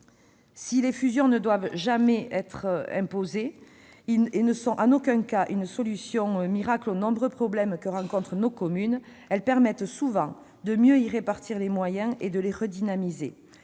Si les fusions ne doivent jamais être imposées et ne sont en aucun cas une solution miracle aux nombreux problèmes que rencontrent nos communes, elles permettent souvent de mieux y répartir les moyens et de les redynamiser.